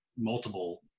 multiple